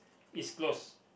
is closed